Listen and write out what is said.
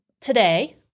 today